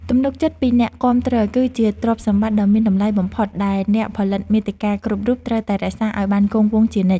ទំនុកចិត្តពីអ្នកគាំទ្រ គឺជាទ្រព្យសម្បត្តិដ៏មានតម្លៃបំផុតដែលអ្នកផលិតមាតិកាគ្រប់រូបត្រូវតែរក្សាឱ្យបានគង់វង្សជានិច្ច។